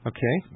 Okay